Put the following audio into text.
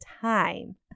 time